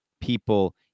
people